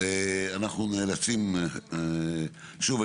אנחנו נאלצים שוב,